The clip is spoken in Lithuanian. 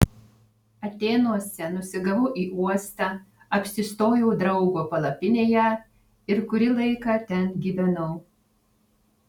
atėnuose nusigavau į uostą apsistojau draugo palapinėje ir kurį laiką ten gyvenau